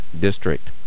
district